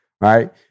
right